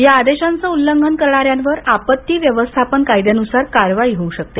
या आदेशाचं उल्लंघन करणाऱ्यांवर आपत्ती व्यवस्थापन कायद्यानुसार कारवाई होऊ शकते